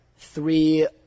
Three